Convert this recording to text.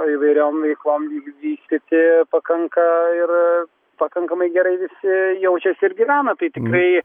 įvairiom veiklom vystyti pakanka ir pakankamai gerai visi jaučiasi ir gyvena tai tikrai